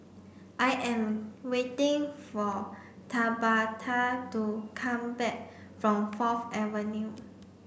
I am waiting for Tabatha to come back from Fourth Avenue